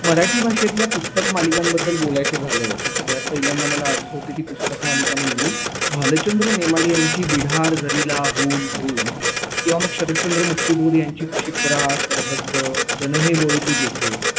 मराठी भाषेतल्या पुस्तक मालिकांबद्दल बोलायचं झालं तर सगळ्यात पहिल्यांदा मला आठवते ती पुस्तक मालिका म्हणजे भालचंद्र नेमाडे यांची बिढार जरीला हूल झूल किंवा मग शरच्चंद्र मुक्तिबोध यांची क्षिप्रा सरहद्द जन हे वोळतु जेथे